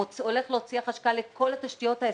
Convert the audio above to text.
שהחשכ"ל הולך להוציא את כל התשתיות האסטרטגיות,